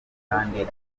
kandi